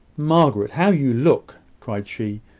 margaret! how you look! cried she.